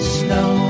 snow